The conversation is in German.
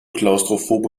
klaustrophobe